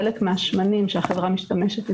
חלק מהשמנים שהחברה משתמשת בהם,